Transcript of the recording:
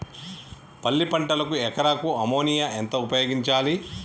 పల్లి పంటకు ఎకరాకు అమోనియా ఎంత ఉపయోగించాలి?